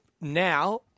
now –